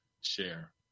share